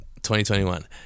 2021